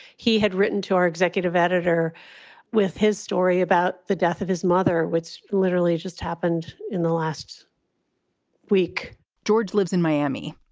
he had written to our executive editor with his story about the death of his mother, which literally just happened in the last week george lives in miami.